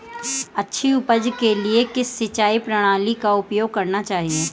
अच्छी उपज के लिए किस सिंचाई प्रणाली का उपयोग करना चाहिए?